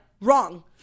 wrong